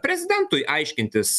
prezidentui aiškintis